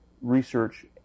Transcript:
research